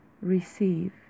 receive